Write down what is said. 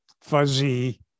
fuzzy